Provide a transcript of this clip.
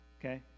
okay